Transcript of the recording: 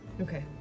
Okay